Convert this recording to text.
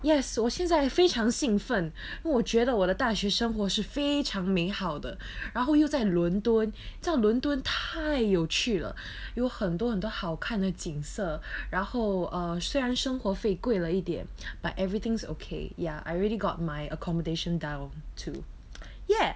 yes 我现在非常兴奋我觉得我的大学生活是非常美好的然后又在伦敦在伦敦太有趣了有很多很多好看的景色然后 uh 虽然生活费贵了一点 but everything's okay ya I really got my accommodation down to ya